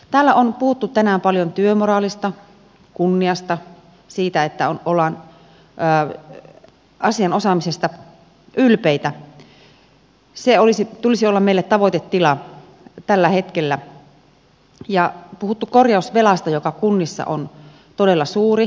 täällä on puhuttu tänään paljon työmoraalista kunniasta siitä että ollaan asian osaamisesta ylpeitä sen tulisi olla meille tavoitetila tällä hetkellä ja puhuttu korjausvelasta joka kunnissa on todella suuri